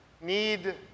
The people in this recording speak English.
need